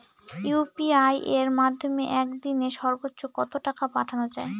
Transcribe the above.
UPI এর মাধ্যমে এক দিনে সর্বচ্চ কত টাকা পাঠানো যায়?